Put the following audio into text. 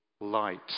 light